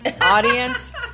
audience